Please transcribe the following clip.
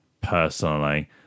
personally